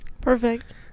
perfect